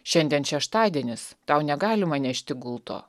šiandien šeštadienis tau negalima nešti gulto